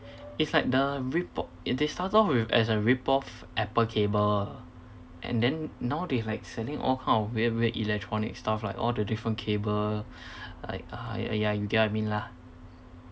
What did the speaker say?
it's like the rip~ they started off with as a rip off apple cable and then now they like selling all kind of weird weird electronic stuff like all the different cable like ugh !aiya! you get what I mean lah